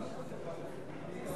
אדוני השר,